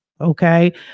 Okay